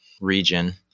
region